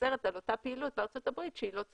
אוסרת על אותה פעילות בארצות הברית שהיא לא צרכנית.